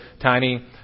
tiny